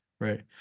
right